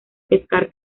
pescar